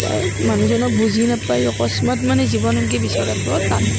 মানুহজনক বুজি নাপায় অকস্মাৎ মানে জীৱনসংগী বিচৰাটোও টান